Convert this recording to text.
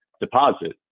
deposit